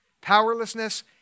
Powerlessness